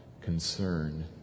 concern